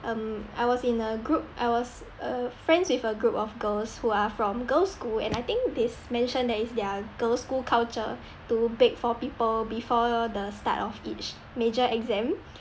um I was in a group I was uh friends with a group of girls who are from girls school and I think they mentioned that is their girls school culture to bake for people before the start of each major exam